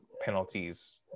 penalties